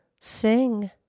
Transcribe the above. sing